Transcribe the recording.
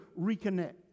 reconnect